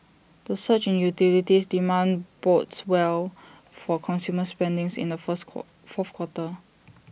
the surge in utilities demand bodes well for consumer spendings in the fourth fourth quarter